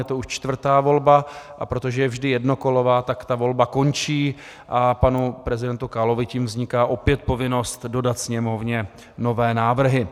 Je to už čtvrtá volba, a protože je vždy jednokolová, tak ta volba končí a panu prezidentu Kalovi tím vzniká opět povinnost dodat Sněmovně nové návrhy.